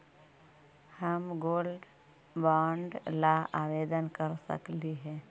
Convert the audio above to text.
हम gold bond ला आवेदन कर सकली हे?